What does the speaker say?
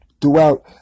throughout